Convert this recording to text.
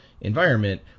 environment